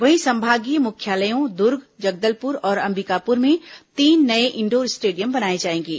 वहीं संभागीय मुख्यालयों दुर्ग जगदलपुर और अम्बिकापुर में तीन नए इंडोर स्टेडियम बनाए जाएंगे